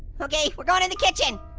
okay, we're going in the kitchen,